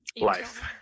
life